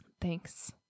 Thanks